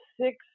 six